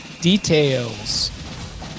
details